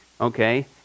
Okay